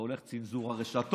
זה הולך צנזור הרשתות,